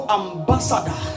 ambassador